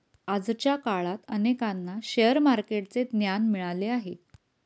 आजच्या काळात अनेकांना शेअर मार्केटचे ज्ञान मिळाले आहे